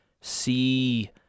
see